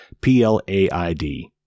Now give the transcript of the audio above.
P-L-A-I-D